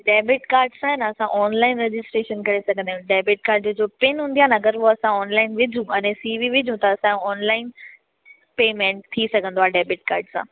debit card सां आहिनि असां ऑनलाइन रजिस्ट्रेशन करे सघंदा आहियूं डेबिट काड जो पिन हूंदी आहिनि अगरि हू असां ऑनलाइन विझूं अने सी वी विझू् त असांजो ऑनलाइन पेमेंट थी सघंदो आहे डेबिट काड सां